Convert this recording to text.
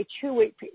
two-week